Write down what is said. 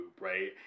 right